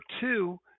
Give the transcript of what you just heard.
two